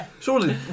Surely